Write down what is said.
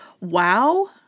wow